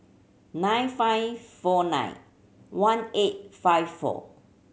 nine five four nine one eight five four